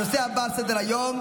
הנושא הבא על סדר-היום,